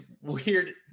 weird